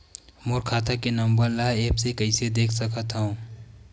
मोर खाता के नंबर ल एप्प से कइसे देख सकत हव?